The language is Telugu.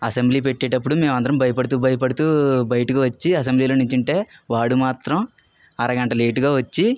అసెంబ్లీ పెట్టేటప్పుడు మేము అందరు భయపడుతూ భయపడుతూ బయటికి వచ్చి అసెంబ్లీలో నిల్చుంటే వాడు మాత్రం అరగంట లేట్గా వచ్చి